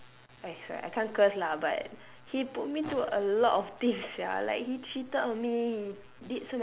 like eh sorry I can't curse lah but he put me through a lot of things sia like he cheated on me